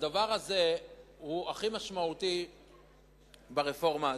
הדבר שאני עומד להגיד עכשיו הוא הכי משמעותי ברפורמה הזאת.